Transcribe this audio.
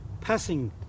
passing